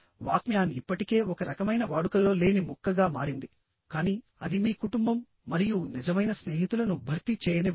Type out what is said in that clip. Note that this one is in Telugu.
వాక్మ్యాన్ ఇప్పటికే ఒక రకమైన వాడుకలో లేని ముక్కగా మారింది కానీ అది మీ కుటుంబం మరియు నిజమైన స్నేహితులను భర్తీ చేయనివ్వవద్దు